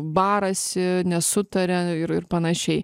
barasi nesutaria ir ir panašiai